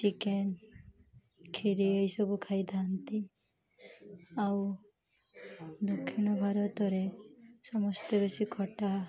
chicken କ୍ଷିରି ଏଇସବୁ ଖାଇଥାନ୍ତି ଆଉ ଦକ୍ଷିଣ ଭାରତରେ ସମସ୍ତେ ବେଶୀ ଖଟା